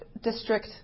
district